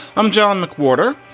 i'm john mcwhorter.